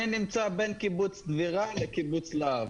נמצא בין קיבוץ לירן לקיבוץ להב.